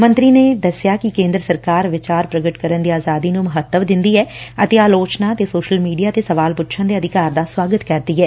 ਮੰਤਰੀ ਨੇ ਕਿਹਾ ਕਿ ਕੇ'ਦਰ ਸਰਕਾਰ ਵਿਚਾਰ ਪ੍ਰਗਟ ਕਰਨ ਦੀ ਆਜ਼ਾਦੀ ਨੂੰ ਮਹੱਤਵ ਦਿੰਦੀ ਐ ਅਤੇ ਆਲੋਚਨਾ ਅਤੇ ਸੋਸ਼ਲ ਮੀਡੀਆ ਤੇ ਸਵਾਲ ਪੁੱਛਣ ਦੇ ਅਧਿਕਾਰ ਦਾ ਸੁਆਗਤ ਕਰਦੀ ਐ